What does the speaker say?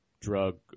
drug